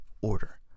order